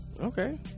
Okay